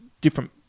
different